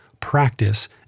Practice